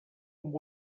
amb